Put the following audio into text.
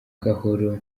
gahoro